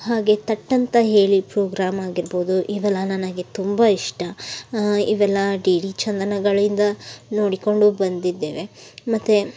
ಹಾಗೇ ಥಟ್ ಅಂತ ಹೇಳಿ ಪ್ರೋಗ್ರಾಮ್ ಆಗಿರ್ಬೋದು ಇವೆಲ್ಲ ನನಗೆ ತುಂಬ ಇಷ್ಟ ಇವೆಲ್ಲ ಡಿ ಡಿ ಚಂದನಗಳಿಂದ ನೋಡಿಕೊಂಡು ಬಂದಿದ್ದೇವೆ ಮತ್ತು